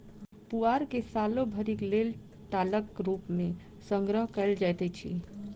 पुआर के सालो भरिक लेल टालक रूप मे संग्रह कयल जाइत अछि